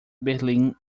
berlim